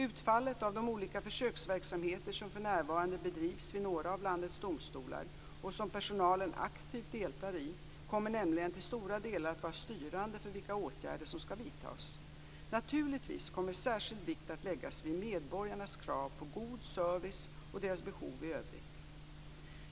Utfallet av de olika försöksverksamheter som för närvarande bedrivs vid några av landets domstolar, och som personalen aktivt deltar i, kommer nämligen till stora delar att vara styrande för vilka åtgärder som skall vidtas. Naturligtvis kommer särskild vikt att läggas vid medborgarnas krav på god service och deras behov i övrigt.